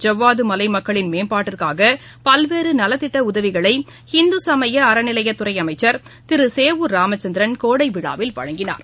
ஜவ்வாது மலை மக்களின் மேம்பாட்டிற்காக பல்வேறு நலத்திட்ட உதவிகளை இந்து சமய அறநிலையத்துறை அமைச்சர் திரு சேவூர் ராமச்சந்திரன் கோடை விழாவில் வழங்கினார்